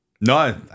No